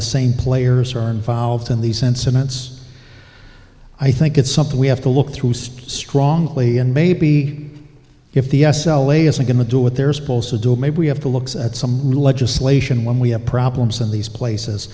the same players earn volved in these incidents i think it's something we have to look through strongly and maybe if the s l a isn't going to do what they're supposed to do maybe we have to looks at some new legislation when we have problems in these places